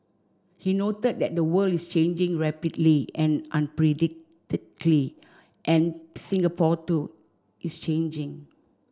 he noted that the world is changing rapidly and and Singapore too is changing